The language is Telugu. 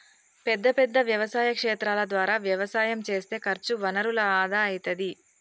పెద్ద పెద్ద వ్యవసాయ క్షేత్రాల ద్వారా వ్యవసాయం చేస్తే ఖర్చు వనరుల ఆదా అయితది